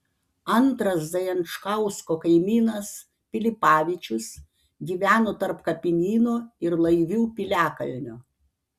antras zajančkausko kaimynas pilipavičius gyveno tarp kapinyno ir laivių piliakalnio